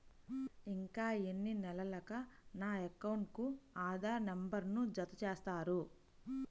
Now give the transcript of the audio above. ఇంకా ఎన్ని నెలలక నా అకౌంట్కు ఆధార్ నంబర్ను జత చేస్తారు?